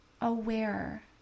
aware